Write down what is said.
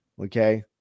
Okay